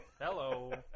Hello